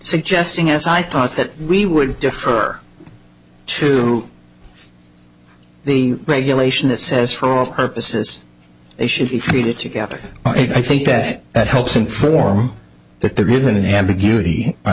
suggesting as i thought that we would defer to the regulation that says for all purposes they should be treated together i think that that helps inform that there is an ambiguity